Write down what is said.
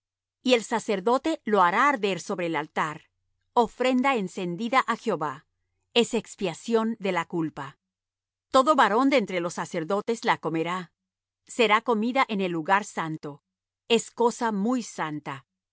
y el sacerdote lo hará arder sobre el altar ofrenda encendida á jehová es expiación de la culpa todo varón de entre los sacerdotes la comerá será comida en el lugar santo es cosa muy santa